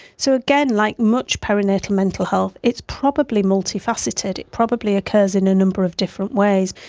so again, like much perinatal mental health it's probably multifaceted, it probably occurs in a number of different ways.